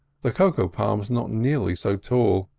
the cocoa-palms not nearly so tall.